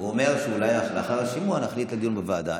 הוא אומר שאולי לאחר השימוע נחליט על דיון בוועדה.